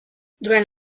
durant